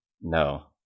no